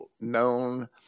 known